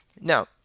Now